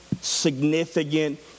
significant